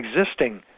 existing